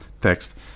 text